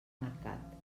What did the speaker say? mercat